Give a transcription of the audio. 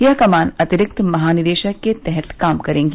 यह कमान अतिरिक्त महानिदेशक के तहत काम करेंगी